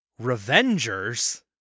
Revengers